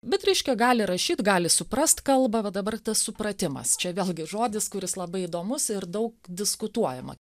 bet reiškia gali rašyt gali suprast kalbą va dabar tas supratimas čia vėlgi žodis kuris labai įdomus ir daug diskutuojama